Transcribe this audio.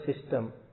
system